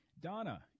Donna